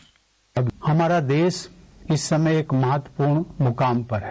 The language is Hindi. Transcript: बाइट हमारा देश इस समय एक महत्वपूर्ण मुकाम पर है